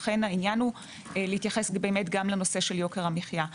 לכן העניין הוא להתייחס גם ליוקר המחיה.